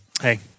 Hey